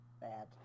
bad